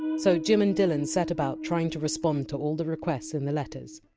so jim and dylan set about trying to respond to all the requests in the letters.